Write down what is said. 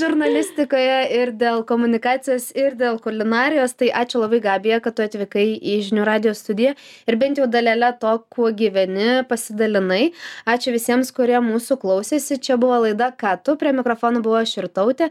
žurnalistikoje ir dėl komunikacijos ir dėl kulinarijos tai ačiū labai gabija kad tu atvykai į žinių radijo studiją ir bent jau dalele to kuo gyveni pasidalinai ačiū visiems kurie mūsų klausėsi čia buvo laida ką tu prie mikrofono buvau aš irtautė